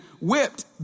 whipped